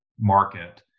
market